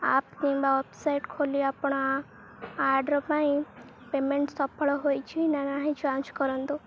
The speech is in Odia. ଆପ୍ କିମ୍ବା ୱେବସାଇଟ୍ ଖୋଲି ଆପଣ ଅର୍ଡ଼ର ପାଇଁ ପେମେଣ୍ଟ ସଫଳ ହୋଇଛିି ନା ନାହିଁ ଯାଞ୍ଚ କରନ୍ତୁ